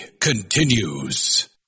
continues